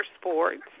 sports